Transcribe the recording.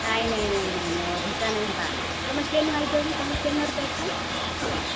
ନାଇଁ ନାଇଁ ନାଇଁ ନାଇଁ ନାଇଁ ଅଧିକା ନାଇଁ ହେବା ତୁମେ କେନୁ ଆଇଛ କି ତୁମେ କେନ୍ ଆଡ଼ୁ ଆଇଛ